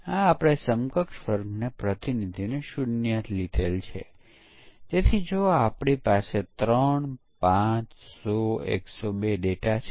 અહીં આપણે આકૃતિ દ્વારા બતાવીએ છીએ કે પરીક્ષણનાં સ્તર શું છે